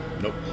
Nope